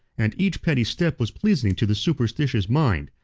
and each petty step was pleasing to the superstitious mind,